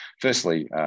firstly